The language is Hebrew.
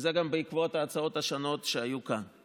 וזה גם בעקבות ההצעות השונות שהיו כאן.